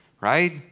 right